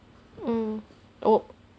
mm oh